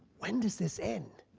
when does this end?